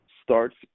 starts